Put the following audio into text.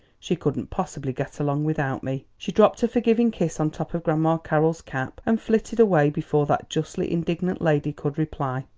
she couldn't possibly get along without me. she dropped a forgiving kiss on top of grandma carroll's cap and flitted away before that justly indignant lady could reply.